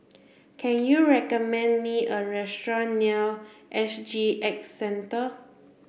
can you recommend me a restaurant near S G X Centre